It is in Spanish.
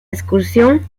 excursión